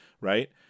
Right